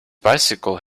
bicycle